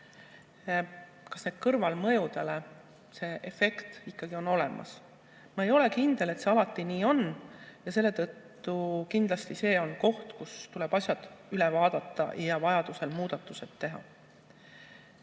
Kas efekt kõrvalmõjudele on ikka olemas? Ma ei ole kindel, et see alati nii on, ja see on kindlasti valdkond, kus tuleb asjad üle vaadata ja vajadusel muudatused teha.